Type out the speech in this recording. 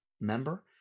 member